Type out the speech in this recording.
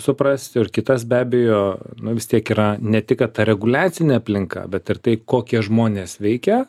suprasti ir kitas be abejo nu vis tiek yra ne tik kad ta reguliacinė aplinka bet ir tai kokie žmonės veikia